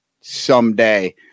someday